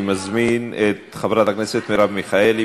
אני מזמין את חברת הכנסת מרב מיכאלי.